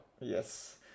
Yes